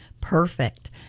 Perfect